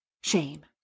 shame